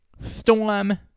Storm